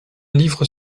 livre